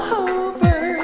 over